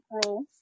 April